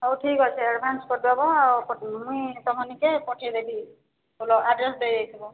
ହେଉ ଠିକ ଅଛେ ଆଡ଼ଭାନ୍ସ କରିଦେବ ମୁଇଁ ତୁମ ନିକେ ପଠାଇଦେବି ବୋଲ ଆଡ଼୍ରେସ ଦେଇ ଦେଇ ଥିବ